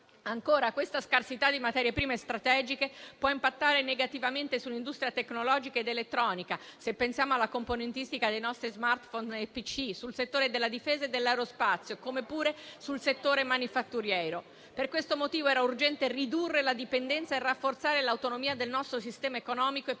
Ancora, questa scarsità di materie prime strategiche può impattare negativamente sull'industria tecnologica ed elettronica (se pensiamo alla componentistica dei nostri *smartphone* e PC), sul settore della difesa e dell'aerospazio, come pure sul settore manifatturiero. Per questo motivo era urgente ridurre la dipendenza e rafforzare l'autonomia del nostro sistema economico e produttivo.